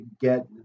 get